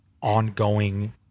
ongoing